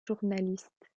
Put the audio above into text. journaliste